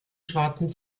schwarzen